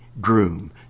groom